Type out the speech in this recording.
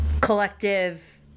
collective